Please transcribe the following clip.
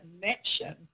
connection